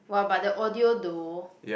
!wah! but the audio though